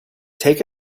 take